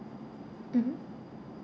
mmhmm